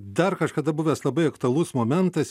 dar kažkada buvęs labai aktualus momentas